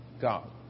God